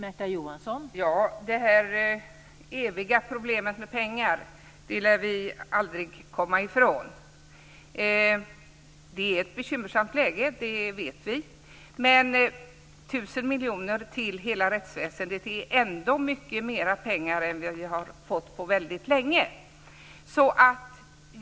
Fru talman! Det eviga problemet med pengar lär vi aldrig komma ifrån. Det är ett bekymmersamt läge. Det vet vi. Men tusen miljoner till hela rättsväsendet är ändå väldigt mycket mer pengar än vad vi har fått på länge.